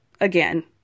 Again